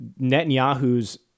Netanyahu's